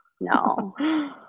No